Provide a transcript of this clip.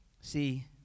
See